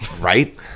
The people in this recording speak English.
Right